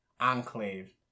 enclave